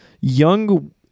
young